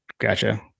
Gotcha